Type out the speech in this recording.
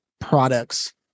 products